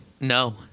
No